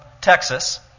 Texas